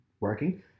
working